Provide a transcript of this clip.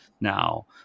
now